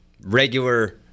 regular